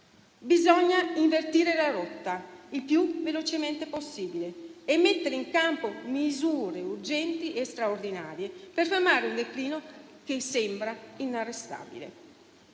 Bisogna invertire la rotta il più velocemente possibile e mettere in campo misure urgenti e straordinarie per fermare un declino che sembra inarrestabile.